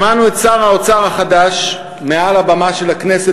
שמענו את שר האוצר החדש מעל הבמה של הכנסת